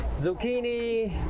zucchini